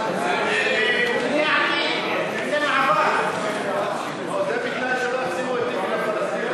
הצעת סיעות רע"ם-תע"ל-מד"ע חד"ש בל"ד